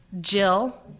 Jill